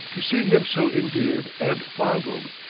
to see him so endeared and fondled,